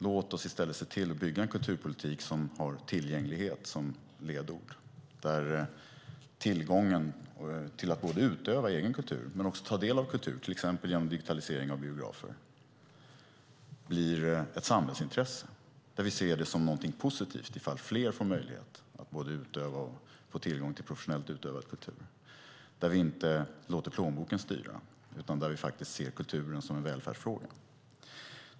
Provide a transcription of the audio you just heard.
Låt oss i stället se till att bygga en kulturpolitik som har tillgänglighet som ledord, där tillgången till att utöva egen kultur men också ta del av kultur, till exempel genom digitalisering av biografer, blir ett samhällsintresse, där vi ser det som något positivt ifall fler får möjlighet att både utöva och få tillgång till professionellt utövad kultur och där vi inte låter plånboken styra utan faktiskt ser kulturen som en välfärdsfråga.